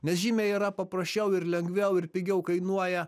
nes žymiai yra paprasčiau ir lengviau ir pigiau kainuoja